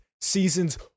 seasons